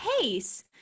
case